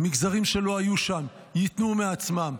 מגזרים שלא היו שם ייתנו מעצמם.